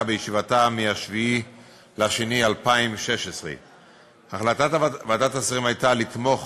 בישיבתה ב-7 בפברואר 2016. החלטת ועדת השרים הייתה לתמוך